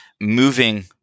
moving